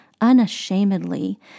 Unashamedly